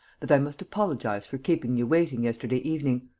that i must apologize for keeping you waiting yesterday evening.